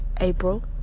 April